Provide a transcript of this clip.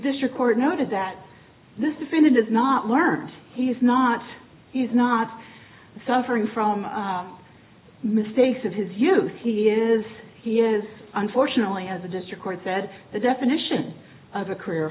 district court noted that this is in it is not learned he's not he's not suffering from the mistakes of his youth he is he is unfortunately has a district court said the definition of a career